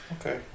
Okay